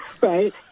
right